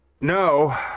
no